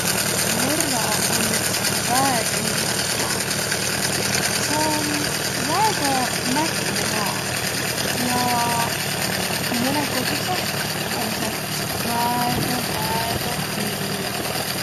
Norra om üts väega illos maa. Sa om väega mägine maa ja mõnõh kotussõh om sääl iks väega, väega külm.